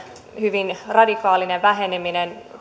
hyvin radikaali väheneminen